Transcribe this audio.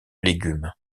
légumes